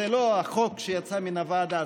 זה לא החוק שיצא מן הוועדה,